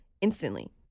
instantly